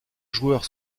joueurs